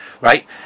Right